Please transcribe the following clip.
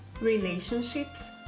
relationships